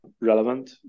relevant